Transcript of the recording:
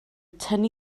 tynnu